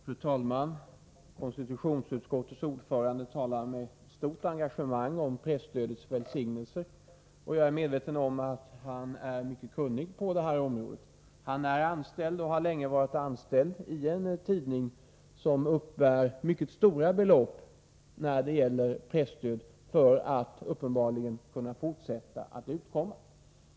Fru talman! Konstitutionsutskottets ordförande talar med stort engagemang om presstödets välsignelser, och jag är medveten om att han är mycket kunnig på det här området. Han är anställd och har länge varit anställd i en tidning som uppbär mycket stora belopp i form av presstöd, uppenbarligen för att kunna fortsätta att utkomma.